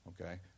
Okay